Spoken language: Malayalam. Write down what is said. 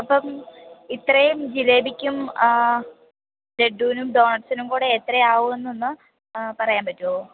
അപ്പം ഇത്രയും ജിലേബിക്കും ലഡ്ഡുവിനും ഡോനട്ട്സിനും കൂടെ എത്രയാകും എന്നൊന്ന് പറയാൻ പറ്റുമോ